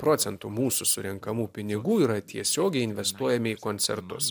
procentų mūsų surenkamų pinigų yra tiesiogiai investuojami į koncertus